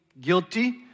guilty